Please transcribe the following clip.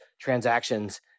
transactions